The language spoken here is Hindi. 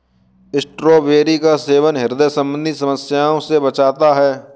स्ट्रॉबेरी का सेवन ह्रदय संबंधी समस्या से बचाता है